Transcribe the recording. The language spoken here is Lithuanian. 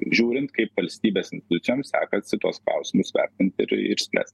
žiūrint kaip valstybės institucijoms sekasi tuos klausimus vertint ir ir spręst